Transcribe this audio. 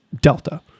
Delta